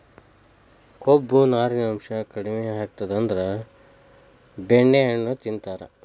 ಕೊಬ್ಬು, ನಾರಿನಾಂಶಾ ಕಡಿಮಿ ಆಗಿತ್ತಂದ್ರ ಬೆಣ್ಣೆಹಣ್ಣು ತಿಂತಾರ